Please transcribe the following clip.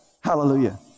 hallelujah